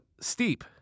steep